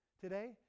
today